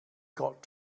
got